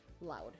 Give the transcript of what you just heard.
loud